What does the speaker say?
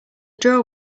drawer